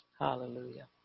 hallelujah